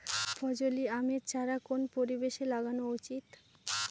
ফজলি আমের চারা কোন পরিবেশে লাগানো উচিৎ?